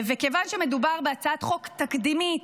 וכיוון שמדובר בהצעת חוק תקדימית,